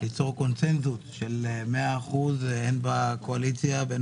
ליצור קונצנזוס של 100%, הן בקואליציה והן